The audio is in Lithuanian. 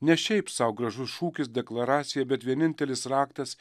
ne šiaip sau gražus šūkis deklaracija bet vienintelis raktas